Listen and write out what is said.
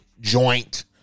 joint